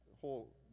whole